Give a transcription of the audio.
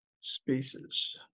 spaces